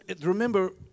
remember